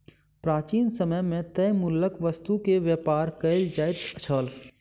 प्राचीन समय मे तय मूल्यक वस्तु के व्यापार कयल जाइत छल